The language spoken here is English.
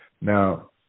Now